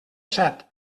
set